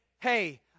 Hey